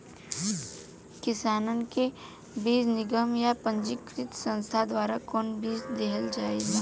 किसानन के बीज निगम या पंजीकृत संस्था द्वारा कवन बीज देहल जाला?